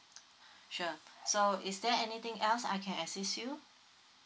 sure so is there anything else I can assist you